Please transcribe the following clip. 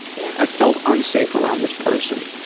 yeah i felt unsafe around this person